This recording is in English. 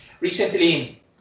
Recently